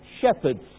shepherds